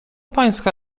pańska